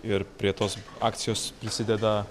ir prie tos akcijos prisideda